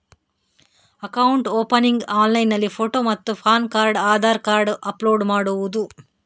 Account opening ಆನ್ಲೈನ್ನಲ್ಲಿ photo ಮತ್ತು PAN card Aadhaar card upload ಮಾಡುವುದು?